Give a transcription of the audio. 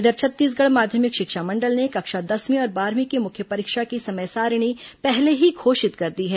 इधर छत्तीसगढ़ माध्यमिक शिक्षा मंडल ने कक्षा दसवीं और बारहवीं की मुख्य परीक्षा की समय सारिणी पहले ही घोषित कर दी है